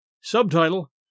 Subtitle